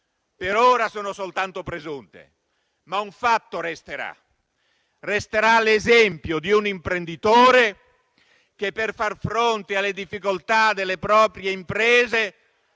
per ora sono soltanto presunte, dovranno essere dimostrate, ma resterà l'esempio di un imprenditore che per far fronte alle difficoltà delle proprie imprese